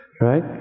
right